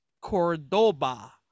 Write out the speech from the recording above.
cordoba